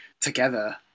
together